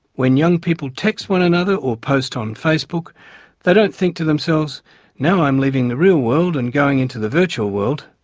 when young people text one another or post on facebook they don't think to themselves now i'm leaving the real world and going into the virtual world.